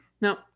no